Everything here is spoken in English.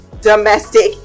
domestic